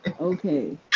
Okay